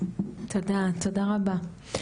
תודה רבה.